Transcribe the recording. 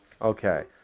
Okay